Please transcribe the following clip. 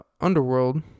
underworld